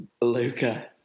Luca